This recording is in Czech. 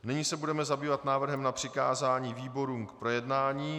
Nyní se budeme zabývat návrhem na přikázání výborům k projednání.